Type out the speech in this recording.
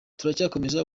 turacyakomeza